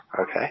Okay